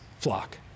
flock